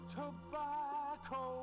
tobacco